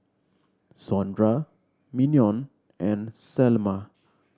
Sondra Mignon and Selma